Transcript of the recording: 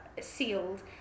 sealed